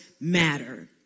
Matter